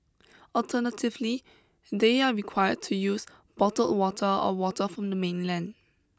alternatively they are required to use bottled water or water from the mainland